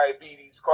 diabetes